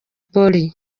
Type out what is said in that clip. polly